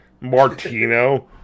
Martino